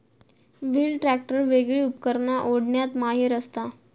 wheel tractor वेगली उपकरणा ओढण्यात माहिर असता